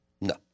No